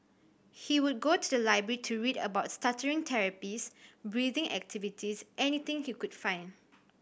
he would go to the library to read about stuttering therapies breathing activities anything he could find